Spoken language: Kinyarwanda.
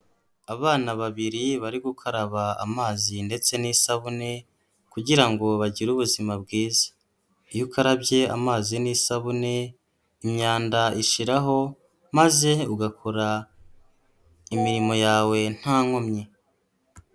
Abana babiri bari gukaraba amazi ndetse n'isabune, kugira ngo bagire ubuzima bwiza. Iyo ukarabye amazi n'isabune, imyanda ishiraho maze ugakora imirimo yawe nta nkomyi.